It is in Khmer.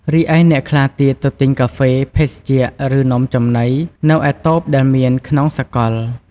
រីឯអ្នកខ្លះទៀតទៅទិញកាហ្វេ ភេសជ្ជៈ ឬនំចំណី នៅឯតូបដែលមានក្នុងសកល។